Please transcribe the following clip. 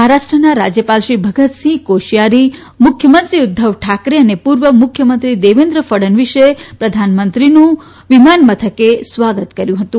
મહારાષ્ટ્રના રાજયપાલ શ્રી ભગતસિહ કોરિયારી મુખ્યમંત્રી ઉધ્ધવ ઠાકરે અને પુર્વ મુખ્યમંત્રી દેવેન્દ્ર ફડણવીસે પ્રધાનમંત્રીનું વિમાની મથકે સ્વાગત કર્યુ